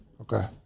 Okay